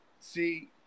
See